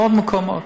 בעוד מקומות.